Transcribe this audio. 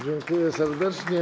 Dziękuję serdecznie.